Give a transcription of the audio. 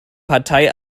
partei